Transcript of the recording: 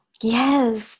yes